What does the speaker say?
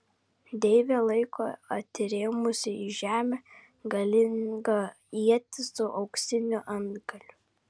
deivė laiko atrėmusi į žemę galingą ietį su auksiniu antgaliu